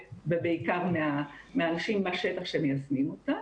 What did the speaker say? ובעיקר מהאנשים בשטח שמיישמים אותה.